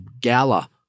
gala